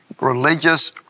religious